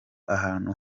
ahantu